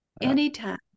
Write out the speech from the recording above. anytime